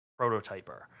prototyper